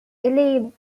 not